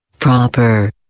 Proper